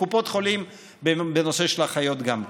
וקופות חולים בנושא של אחיות גם כן.